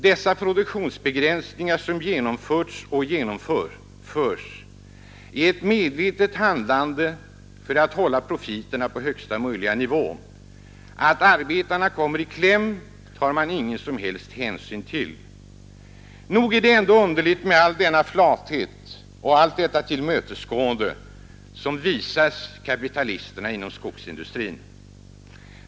De produktionsbegränsningar som genomförts och genomföres är ett medvetet handlande för att hålla profiterna på högsta möjliga nivå. Att arbetarna kommer i kläm tar man ingen som helst hänsyn till. Nog är det underligt med all denna flathet och allt detta tillmötesgående som visas kapitalisterna inom skogsindustrin.